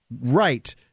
right